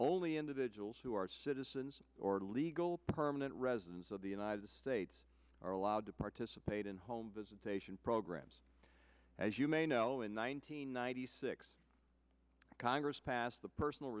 only individuals who are citizens or legal permanent residents of the united states are allowed to participate in home visitation programs as you may know in one nine hundred ninety six congress passed the personal